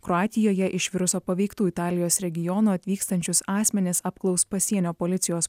kroatijoje iš viruso paveiktų italijos regionų atvykstančius asmenis apklaus pasienio policijos